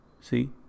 See